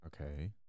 Okay